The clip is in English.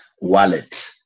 wallet